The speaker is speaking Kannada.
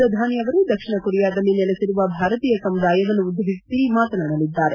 ಪ್ರಧಾನಿ ಅವರು ದಕ್ಷಿಣ ಕೊರಿಯಾದಲ್ಲಿ ನೆಲೆಸಿರುವ ಭಾರತೀಯ ಸಮುದಾಯವನ್ನು ಉದ್ದೇಶಿಸಿ ಮಾತನಾಡಲಿದ್ದಾರೆ